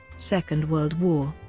second world war